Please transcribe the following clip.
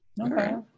Okay